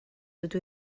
dydw